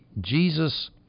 Jesus